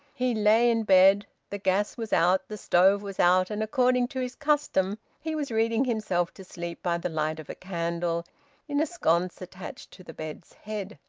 he lay in bed. the gas was out, the stove was out, and according to his custom he was reading himself to sleep by the light of a candle in a sconce attached to the bed's head.